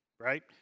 right